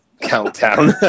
Countdown